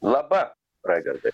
laba raigardai